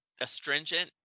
astringent